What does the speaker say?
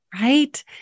right